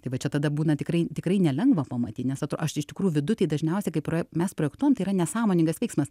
tai va čia tada būna tikrai tikrai nelengva pamatyt nes atro aš iš tikrųjų viduj tai dažniausiai kaip yra mes projektuojam tai yra nesąmoningas veiksmas